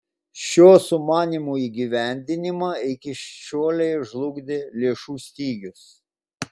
šio sumanymo įgyvendinimą iki šiolei žlugdė lėšų stygius